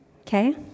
Okay